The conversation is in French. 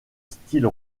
style